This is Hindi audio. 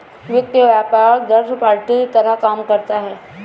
वित्त व्यापार थर्ड पार्टी की तरह काम करता है